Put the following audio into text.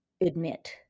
admit